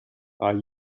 are